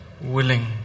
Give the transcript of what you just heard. willing